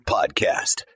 Podcast